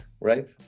right